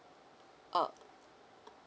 uh